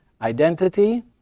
Identity